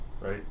right